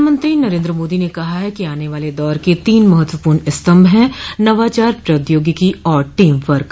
प्रधानमंत्री नरेन्द्र मोदी ने कहा ह कि आने वाले दौर के तीन महत्वपूर्ण स्तम्भ हैं नवाचार प्राद्योगिकी और टीम वर्क